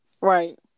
Right